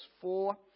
four